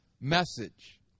message